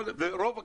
את